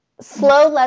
Slow